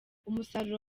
umusaruro